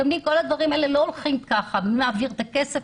כל הדברים האלה לא הולכים ככה מי מעביר את הכסף,